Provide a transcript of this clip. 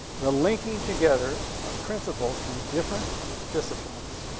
the linking together of principles from different disciplines,